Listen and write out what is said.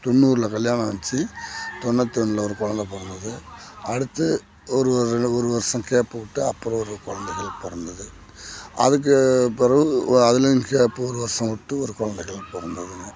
தொண்ணூறில் கல்யாணம் ஆச்சு தொண்ணூற்றி ஒன்றுல ஒரு குழந்த பிறந்தது அடுத்து ஒரு ரெண்டு ஒரு வருஷோம் கேப்பு விட்டு அப்புறோம் ஒரு குழந்தைங்கள் பிறந்தது அதுக்கு பிறவு வ அதில் எனக்கு அப்போ ஒரு வருஷோம் விட்டு ஒரு குழந்தைங்களும் பிறந்ததுங்க